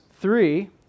three